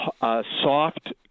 soft